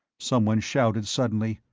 someone shouted suddenly,